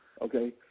okay